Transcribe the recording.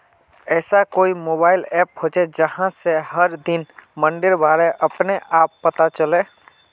ऐसा कोई mobile app होचे जहा से हर दिन मंडीर बारे अपने आप पता चले?